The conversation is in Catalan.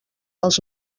els